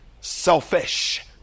selfish